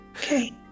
Okay